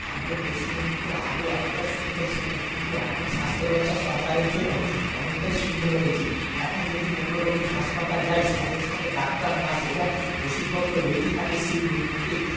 আমাদের পশ্চিম মেদিনীপুর আগে এতটা সুন্দর ছিলনা কিন্তু এখন স্বাস্থ্যব্যবস্থা সরকারের জন্য অনেকটাই সুন্দর হয়েছে এখন যদি কোন রোগী হাসপাতাল যায় সঙ্গে সঙ্গে ডাক্তার নার্স এবং ওষুধপত্র রেডি থাকে সেই রোগীকে